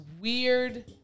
weird